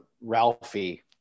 Ralphie